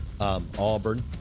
Auburn